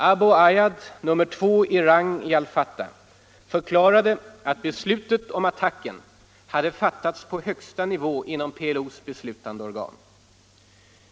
Abu Ayad - nummer två i rang i al Fatah — förklarade att beslutet om attacken hade fattats på högsta nivå inom PLO:s beslutande organ.